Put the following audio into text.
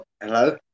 hello